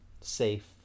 safe